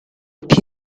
più